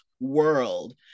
world